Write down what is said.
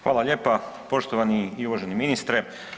Hvala lijepa poštovani i uvaženi ministre.